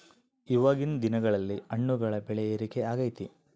ಇವಾಗಿನ್ ದಿನಗಳಲ್ಲಿ ಹಣ್ಣುಗಳ ಬೆಳೆ ಏರಿಕೆ ಆಗೈತೆ